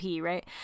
right